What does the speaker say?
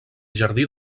jardí